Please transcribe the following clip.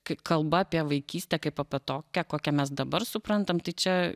kai kalba apie vaikystę kaip apie tokią kokią mes dabar suprantam tai čia